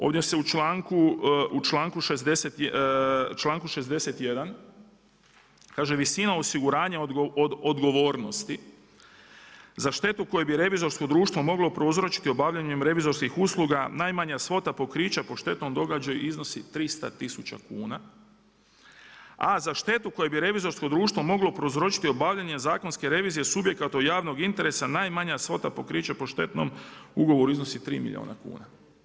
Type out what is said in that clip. Ovdje se u članku 61. kaže visinom osiguranja od odgovornosti za štetu koje bi revizorsko društvo moglo prouzročiti obavljanjem revizorskih usluga najmanje svota pokrića po štetnom događaju iznosi 300 tisuća kuna, a za štetu koje bi revizorsko društvo moglo prouzročiti obavljanjem zakonske revizije subjekata od javnog interesa najmanja svota pokrića po štetnom ugovoru iznosi tri milijuna kuna.